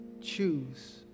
choose